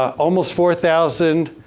um almost four thousand.